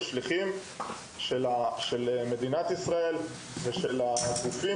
שליחים של מדינת ישראל ושל אותם גופים